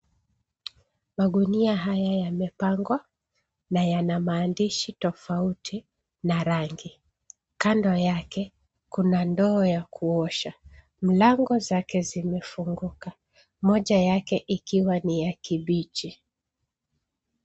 Magunia haya yamepangwa na yana maandishi tofauti, na rangi. Kando yake kuna ndoo ya kuosha. Mlango zake zimefunguka. Moja yake ikiwa ni ya kibichi.